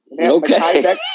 Okay